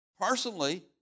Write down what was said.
Personally